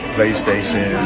PlayStation